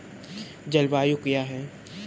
जलवायु क्या है?